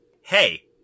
Hey